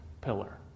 pillar